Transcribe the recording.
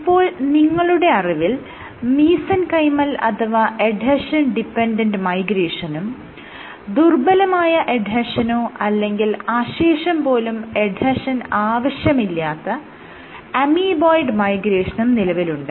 ഇപ്പോൾ നിങ്ങളുടെ അറിവിൽ മീസെൻകൈമൽ അഥവാ എഡ്ഹെഷൻ ഡിപെൻഡന്റ് മൈഗ്രേഷനും ദുർബ്ബലമായ എഡ്ഹെഷനോ അല്ലെങ്കിൽ അശേഷം പോലും എഡ്ഹെഷൻ ആവശ്യമില്ലാത്ത അമീബോയ്ഡ് മൈഗ്രേഷനും നിലവിലുണ്ട്